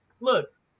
look